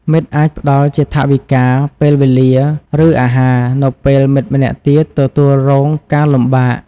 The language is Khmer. មិត្តអាចផ្ដល់ជាថវិកា ពេលវេលា ឬអាហារ នៅពេលមិត្តម្នាក់ទៀតទទួលរងការលំបាក។